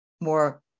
more